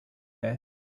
there